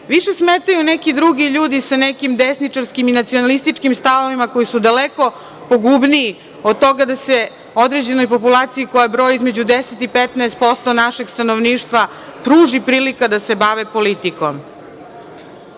više smetaju neki drugi ljudi sa nekim desničarskim i nacionalističkim stavovima koji su daleko pogubniji od toga da se određenoj populaciji koja broji između 10% i 15% našeg stanovništva pruži prilika da se bave politikom. Ako